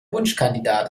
wunschkandidat